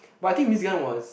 but I think Miss Gan was